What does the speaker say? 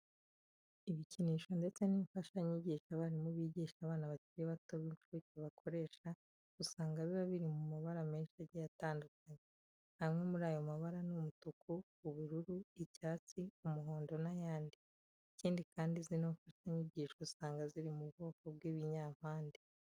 Ibikinisho ndetse n'imfashanyigisho abarimu bigisha abana bakiri bato b'incuke bakoresha usanga biba biri mu mabara menshi agiye atandukanye. Amwe muri ayo mabara ni umutuku, ubururu, icyatsi, umuhondo n'ayandi. Ikindi kandi, zino mfashanyigisho usanga ziri mu bwoko bw'ibinyampande.